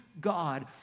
God